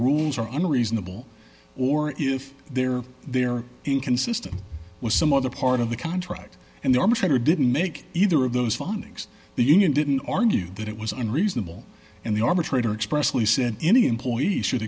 rules are unreasonable or if they're they're inconsistent with some other part of the contract and the arbitrator didn't make either of those findings the union didn't argue that it was unreasonable and the arbitrator expressly said any employee should